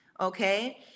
Okay